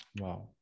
Wow